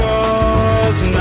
Cause